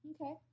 okay